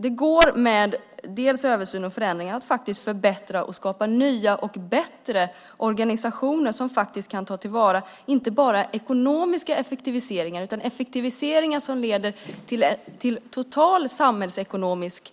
Det går med översyn och förändringar att förbättra och skapa nya och bättre organisationer, som kan ta till vara inte bara ekonomiska effektiviseringar, utan även effektiviseringar som leder till ett totalt samhällsekonomiskt